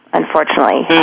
unfortunately